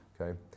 Okay